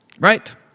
right